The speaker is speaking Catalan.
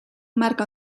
marc